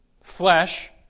flesh